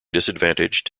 disadvantaged